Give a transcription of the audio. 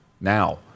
now